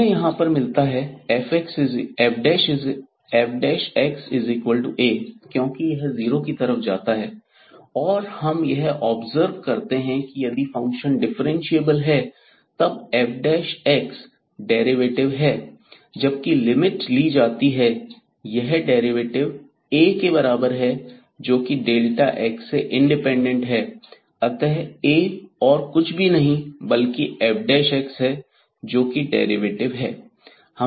हमें यहां पर मिलता है fx A क्योंकि यह जीरो की तरफ जाता है और हम यह ऑब्जर्व करते हैं की यदि फंक्शन डिफ्रेंशिएबल है तब f डेरिवेटिव है जबकि लिमिट ली जाती है यह डेरिवेटिव A के बराबर है जोकि x से इंडिपेंडेंट है अतः A और कुछ नहीं बल्कि f है जो कि डेरिवेटिव है